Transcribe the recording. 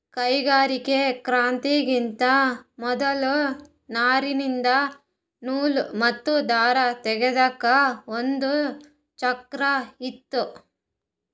ಕೈಗಾರಿಕಾ ಕ್ರಾಂತಿಗಿಂತಾ ಮೊದಲ್ ನಾರಿಂದ್ ನೂಲ್ ಮತ್ತ್ ದಾರ ತೇಗೆದಕ್ ಒಂದ್ ಚಕ್ರಾ ಇತ್ತು